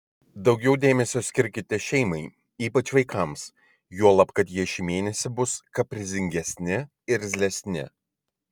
daugiau dėmesio skirkite šeimai ypač vaikams juolab kad jie šį mėnesį bus kaprizingesni irzlesni